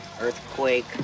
Earthquake